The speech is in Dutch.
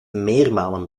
meermalen